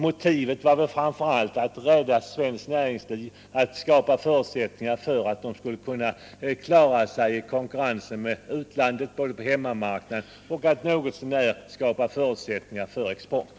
Motivet var framför allt att rädda svenskt näringsliv och skapa förutsättningar för att det skulle kunna klara sig något så när i konkurrensen med utlandet, både på hemmamarknaden och när det gällde exporten.